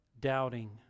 doubting